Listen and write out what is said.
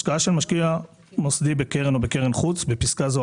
השקעה של משקיע מוסדי בקרן או בקרן חוץ (בפסקה זו,